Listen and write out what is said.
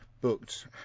booked